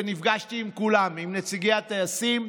ונפגשתי עם כולם: עם נציגי הטייסים,